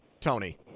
Tony